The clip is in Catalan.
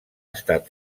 estat